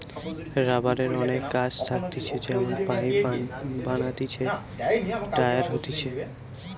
রাবারের অনেক কাজ থাকতিছে যেমন পাইপ বানাতিছে, টায়ার হতিছে